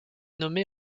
nommée